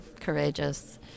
courageous